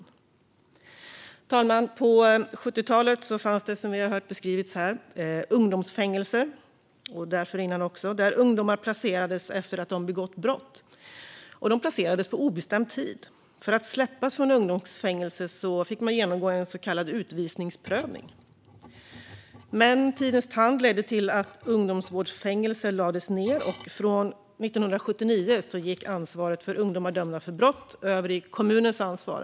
På 70-talet och även innan dess fanns det, som vi hört beskrivas här, ungdomsfängelser där ungdomar placerades efter att de begått brott. De placerades på obestämd tid - för att släppas från ungdomsfängelse fick man genomgå en så kallad utskrivningsprövning. Men tidens tand gjorde att ungdomsvårdsfängelserna lades ned, och från 1979 gick ansvaret för ungdomar dömda för brott över till kommunen.